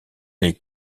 les